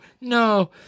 no